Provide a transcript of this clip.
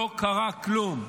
לא קרה כלום.